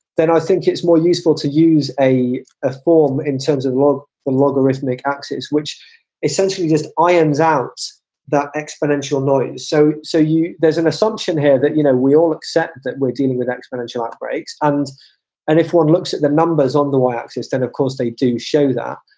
then i think it's more useful to use a ah form in terms the the logarithmic axis, which essentially just irons out the exponential noise. so so you there's an assumption here that, you know, we all accept that we're dealing with exponential outbreaks. and and if one looks at the numbers on the y axis, then, of course, they do show that.